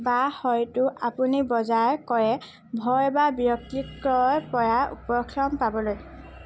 বা হয়তো আপুনি বজাৰ কৰে ভয় বা বিৰক্তিকৰ পৰা উপশম পাবলৈ